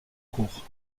cours